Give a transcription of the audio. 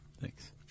Thanks